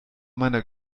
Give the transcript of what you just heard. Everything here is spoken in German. meiner